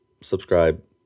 subscribe